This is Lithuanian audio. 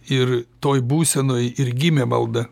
ir toj būsenoj ir gimė malda